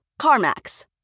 CarMax